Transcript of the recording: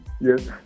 Yes